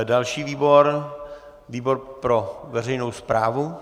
Další výbor výbor pro veřejnou správu?